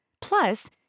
Plus